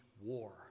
war